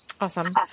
Awesome